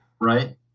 Right